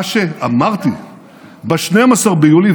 מה שאמרתי ב-12 ביולי,